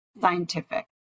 scientific